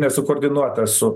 nesukoordinuotas su